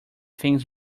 things